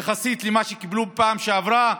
יחסית למה שקיבלו בפעם שעברה,